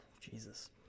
Jesus